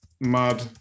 Mud